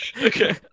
Okay